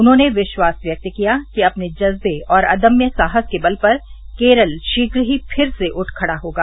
उन्होंने विश्वास व्यक्त किया कि अपने जज्बे और अदम्य साहस के बल पर केरल शीघ्र ही फिर से उठ खड़ा होगा